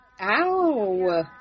Ow